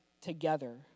together